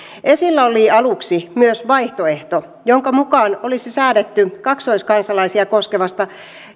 esillä oli aluksi myös vaihtoehto jonka mukaan olisi säädetty kaksoiskansalaisia koskevasta